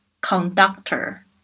Conductor